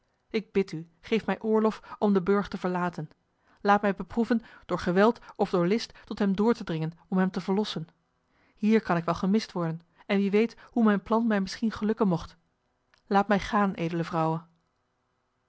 ik bid u geef mij oorlof om den burcht te verlaten laat mij beproeven door geweld of door list tot hem door te dringen om hem te verlossen hier kan ik wel gemist worden en wie weet hoe mijn plan mij misschien gelukken mocht laat mij gaan edele vrouwe